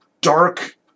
dark